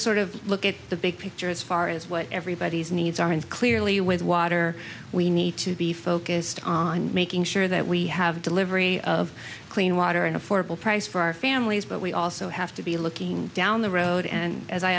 sort of look at the big picture as far as what everybody's needs are and clearly with water we need to be focused on making sure that we have a delivery of clean water and affordable price for our families but we also have to be looking down the road and as i